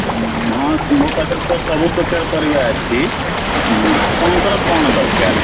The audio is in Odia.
ହଁ ମୋ ପାଖରେ ତ ସବୁ ପ୍ରକାର ପରିବା ଅଛି ଆପଣଙ୍କର କ'ଣ ଦରକାର